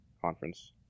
conference